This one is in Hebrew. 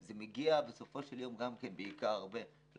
זה מגיע בסופו של יום גם כן בעיקר הרבה לחברות.